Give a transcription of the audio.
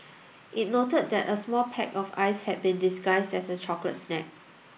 it noted that a small pack of ice had been disguised as a chocolate snack